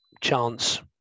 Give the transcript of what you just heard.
chance